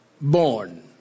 born